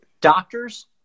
Doctors